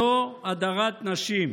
זו הדרת נשים.